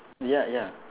ya ya